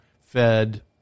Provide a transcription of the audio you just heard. fed